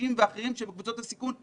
קשישים ואחרים שהם בקבוצות הסיכון?